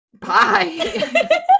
Bye